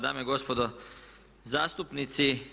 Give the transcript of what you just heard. Dame i gospodo zastupnici.